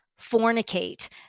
fornicate